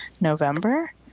November